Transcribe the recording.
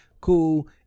Cool